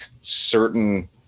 certain